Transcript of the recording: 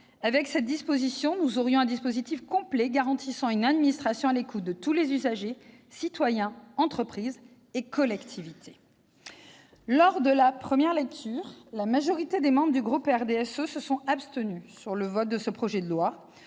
avec cette disposition, nous aurions un dispositif complet garantissant une administration à l'écoute de tous les usagers, citoyens, entreprises et collectivités. Lors de la première lecture, la majorité des membres du RDSE se sont abstenus sur le vote de ce projet de loi.